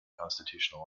constitutional